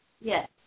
Yes